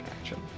action